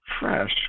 fresh